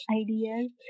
ideas